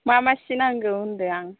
मा मा सि नांगौ होनदों आं